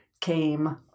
came